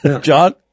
john